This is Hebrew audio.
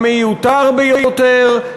המיותר ביותר,